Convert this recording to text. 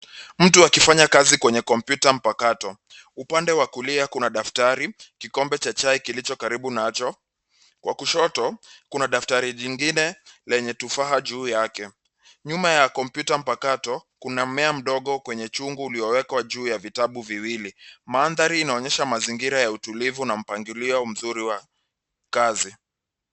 Mtu akifanya kazi kwenye kompyuta mpakato. Upande wakulia kuna daftari, kikombe cha chai kilicho karibu nacho. Wakushoto, kuna daftari jingine lenye tufaha juu yake. Nyuma ya kompyuta mpakato, kuna mmea mdogo kwenye chungu uliowekwa juu ya vitabu viwili. Mandhari inaonyesha mazingira ya utulivu na mpangilio mzuri wa kazi.